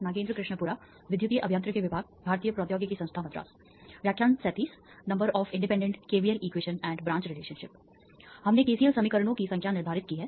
number of independent K V L equation and branch relationship हमने KCL समीकरणों की संख्या निर्धारित की है